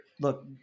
look